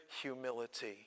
humility